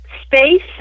space